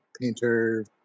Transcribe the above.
painter